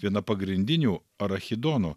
viena pagrindinių arachidono